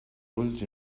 ulls